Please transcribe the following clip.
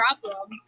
problem